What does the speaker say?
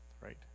right